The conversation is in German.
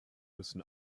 müssen